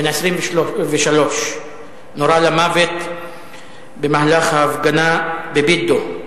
בן 23, נורה למוות במהלך ההפגנה בבידו,